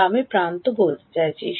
যা আমি প্রান্ত বলতে চাইছি